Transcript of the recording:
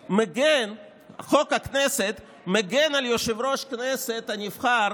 חוק הכנסת מגן על יושב-ראש הכנסת הנבחר